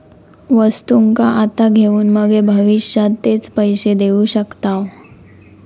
वस्तुंका आता घेऊन मगे भविष्यात तेचे पैशे देऊ शकताव